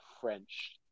French